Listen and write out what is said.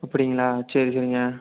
அப்படிங்களா சரி சரிங்க